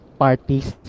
parties